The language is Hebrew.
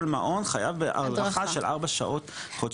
כל מעון חייב בהדרכה של ארבע שעות חודשיות.